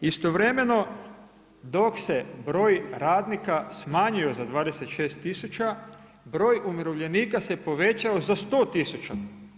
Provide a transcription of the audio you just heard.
Istovremeno dok se broj radnika smanjio za 26 tisuća, broj umirovljenika se povećao za 100 tisuća.